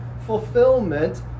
fulfillment